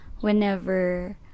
whenever